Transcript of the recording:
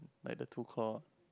like the two claw